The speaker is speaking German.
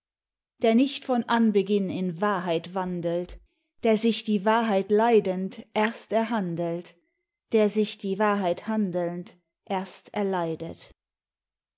der nicht von anbeginn in wahrheit wandelt der sich die wahrheit leidend erst erhandelt der sich die wahrheit handelnd erst erleidet